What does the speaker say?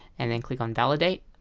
and then click on validate